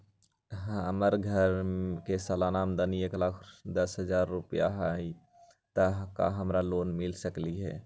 हमर घर के सालाना आमदनी एक लाख दस हजार रुपैया हाई त का हमरा लोन मिल सकलई ह?